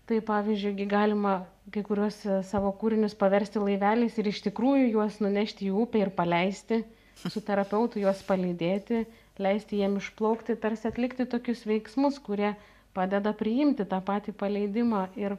tai pavyzdžiui gi galima kai kuriuos savo kūrinius paversti laiveliais ir iš tikrųjų juos nunešti į upę ir paleisti su terapeutu juos palydėti leisti jiem išplaukti tarsi atlikti tokius veiksmus kurie padeda priimti tą patį paleidimą ir